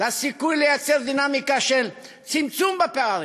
לסיכוי לייצר דינמיקה של צמצום הפערים,